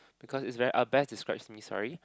because it's very uh best describes me sorry